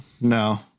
no